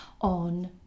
on